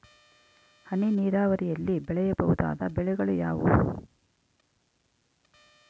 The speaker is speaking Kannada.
ಹನಿ ನೇರಾವರಿಯಲ್ಲಿ ಬೆಳೆಯಬಹುದಾದ ಬೆಳೆಗಳು ಯಾವುವು?